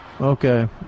Okay